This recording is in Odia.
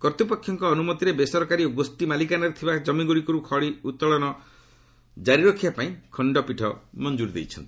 କର୍ତ୍ତୃପକ୍ଷଙ୍କ ଅନୁମତିରେ ବେସରକାରୀ ଓ ଗୋଷୀ ମାଲିକାନାରେ ଥିବା ଜମିଗୁଡ଼ିକରୁ ଖଣି ଉତ୍ତୋଳନ କରିବାପାଇଁ ଖଣ୍ଡପୀଠ ମଞ୍ଜୁରୀ ଦେଇଛନ୍ତି